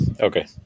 Okay